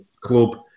club